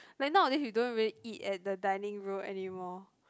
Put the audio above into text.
like nowadays we don't really eat at the dining room anymore